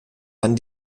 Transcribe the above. wann